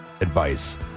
advice